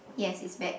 yes it's bad